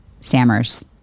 Sammer's